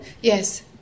Yes